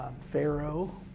Pharaoh